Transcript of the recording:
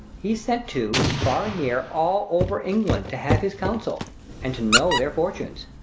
he's sent to, far and near, all over england, to have his counsel and to know their fortunes.